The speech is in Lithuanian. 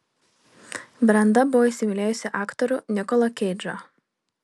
brenda buvo įsimylėjusi aktorių nikolą keidžą